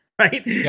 right